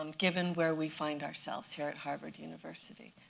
um given where we find ourselves here at harvard university.